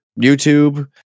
youtube